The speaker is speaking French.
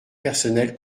personnel